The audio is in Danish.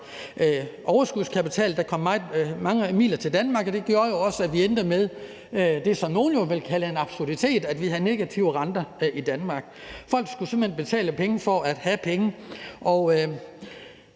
overskud af kapital. Der kom mange midler til Danmark, og det gjorde jo også, at vi endte med det, som nogle vil kalde en absurditet, nemlig at vi havde negative renter i Danmark. Folk skulle simpelt hen betale penge for at have penge